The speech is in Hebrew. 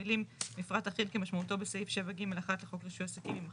המילים "מפרט אחיד כמשמעותו בסעיף 7(ג)(1) לחוק רישוי עסקים" ימחקו.